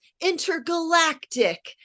Intergalactic